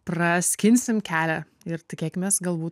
praskinsim kelią ir tikėkimės galbūt